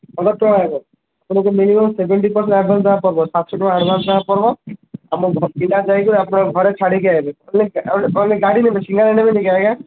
ହଜାର ଟଙ୍କା ଆଇବ ଆମକୁ ମିିଳିବ ସେଭେଣ୍ଟି ପରସେଣ୍ଟ୍ ଆଡ଼ଭାନ୍ସ୍ ଦେବାକୁ ପଡ଼ିବ ସାତଶହ ଟଙ୍କା ଆଡ଼ଭାନ୍ସ୍ ଦେବାକୁ ପଡ଼ିବ ଆମ ପିଲା ଯାଇକରି ଆପଣଙ୍କ ଘରେ ଛାଡ଼ିକି ଆଇବେ ଗାଡ଼ି ନେବେ ସିଙ୍ଗେଡ଼ା ନେବେନି କି ଆଜ୍ଞା